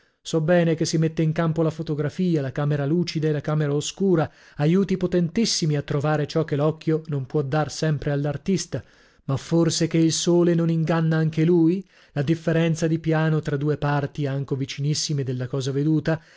so bene che si mette in campo la fotografia la camera lucida e la camera oscura aiuti potentissimi a trovare ciò che l'occhio non può dar sempre all'artista ma forse che il sole non inganna anche lui la differenza di piano tra due parti anco vicinissime della cosa veduta